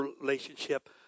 relationship